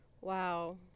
Wow